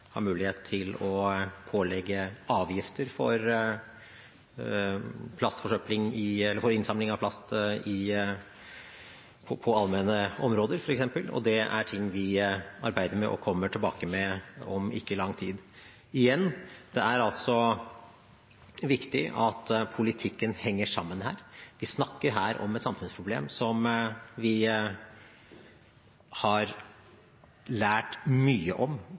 mulighet til å pålegge avgifter for innsamling av plast på allmenne områder, f.eks. Det er ting vi arbeider med og kommer tilbake med om ikke lang tid. Igjen: Det er altså viktig at politikken henger sammen her. Vi snakker her om et samfunnsproblem som vi har lært mye om